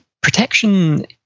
Protection